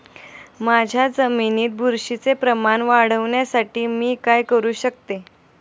माझ्या जमिनीत बुरशीचे प्रमाण वाढवण्यासाठी मी काय करू शकतो?